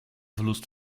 verlust